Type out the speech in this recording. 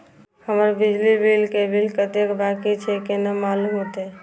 हमर बिजली के बिल कतेक बाकी छे केना मालूम होते?